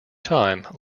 time